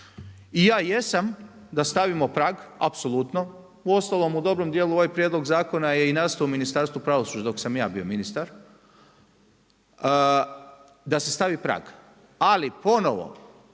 Ja jesam da stavimo prag apsolutno. Uostalom u dobrom dijelu ovaj prijedlog zakona je i nastao u Ministarstvu pravosuđa dok sam ja bio ministar, da se stavi prag. Ali ponovo